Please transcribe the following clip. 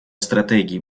стратегий